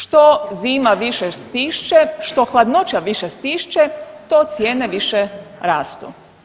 Što zima više stišče, što hladnoća više stišće to cijene više rastu.